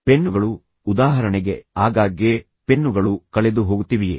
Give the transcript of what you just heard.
pen ಗಳು ಉದಾಹರಣೆಗೆ ಆಗಾಗ್ಗೆ ಪೆನ್ನುಗಳು ಕಳೆದುಹೋಗುತ್ತಿವಿಯೇ